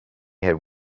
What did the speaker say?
had